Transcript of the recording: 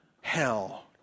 Hell